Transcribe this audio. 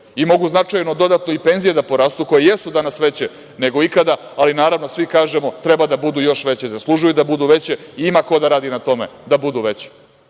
Mogu značajno dodatno i penzije da porastu, koje jesu danas veće nego ikada, ali naravno svi kažemo treba da budu još veće, zaslužuju da budu veće. Ima ko da radi na tome da budu veće,